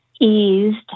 eased